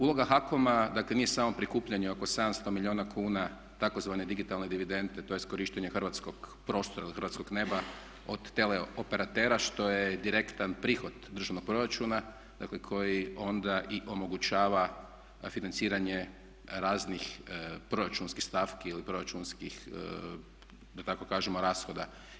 Uloga HAKOM-a dakle nije samo prikupljanje oko 700 milijuna kuna tzv. digitalne dividende, tj. korištenje hrvatskog prostora ili hrvatskog neba od tele operatera što je direktan prihod državnog proračuna, dakle koji onda i omogućava financiranje raznih proračunskih stavki ili proračunskih da tako kažemo rashoda.